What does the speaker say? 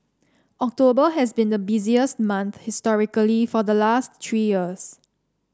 October has been the busiest month historically for the last three years